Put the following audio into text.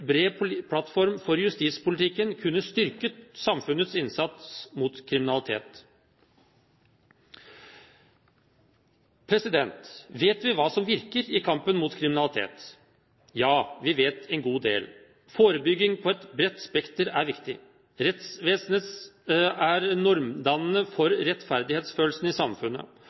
bred plattform for justispolitikken kunne styrket samfunnets innsats mot kriminalitet. Vet vi hva som virker i kampen mot kriminalitet? Ja, vi vet en god del. Forebygging på et bredt spekter er viktig. Rettsvesenet er normdannende for rettferdighetsfølelsen i samfunnet,